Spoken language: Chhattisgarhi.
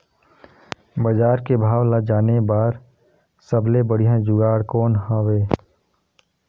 बजार के भाव ला जाने बार सबले बढ़िया जुगाड़ कौन हवय?